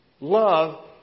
Love